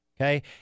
okay